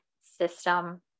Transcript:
system